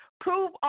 prove